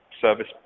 service